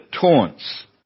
taunts